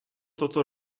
toto